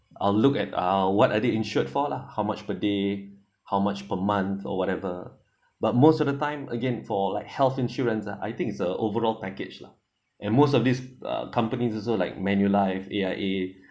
I'll look at uh what are they insured for lah how much per day how much per month or whatever but most of the time again for like health insurance ah I think it's a overall package lah and most of these uh companies also like manulife A_I_A